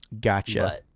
Gotcha